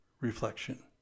reflection